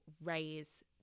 raise